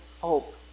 hope